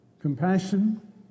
Compassion